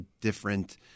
different